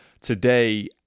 today